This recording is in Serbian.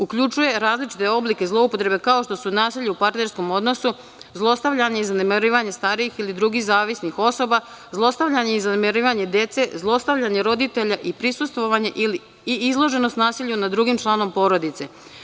Uključuje različite oblike zloupotrebe kao što su nasilje u partnerskom odnosu, zlostavljanje i zanemarivanje starijih ili drugih zavisnih osoba, zlostavljanje i zanemarivanje dece, zlostavljanje roditelja i prisustvovanje i izloženost nasilju nad drugim članom porodice.